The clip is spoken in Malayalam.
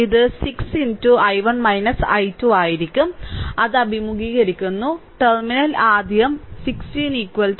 ഇത് 6 i1 i2 ആയിരിക്കും അത് അഭിമുഖീകരിക്കുന്നു ടെർമിനൽ ആദ്യം 16 0